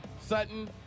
Sutton